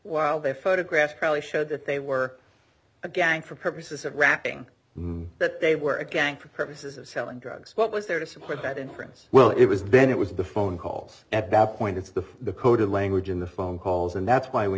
while they photographed clearly showed that they were a gang for purposes of wrapping that they were a gang for purposes of selling drugs what was there to support that inference well it was then it was the phone calls at that point it's the the coded language in the phone calls and that's why we